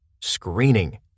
screening